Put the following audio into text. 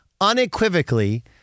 unequivocally